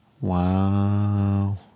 Wow